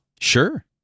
Sure